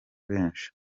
benshi